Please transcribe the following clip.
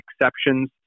exceptions